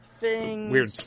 Weird